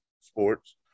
sports